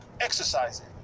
exercising